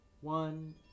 one